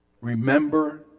Remember